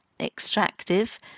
extractive